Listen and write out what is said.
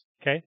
Okay